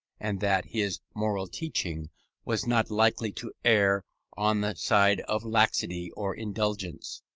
and that his moral teaching was not likely to err on the side of laxity or indulgence.